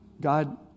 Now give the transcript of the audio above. God